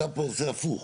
אתה פה עושה הפוך.